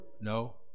No